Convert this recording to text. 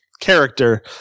character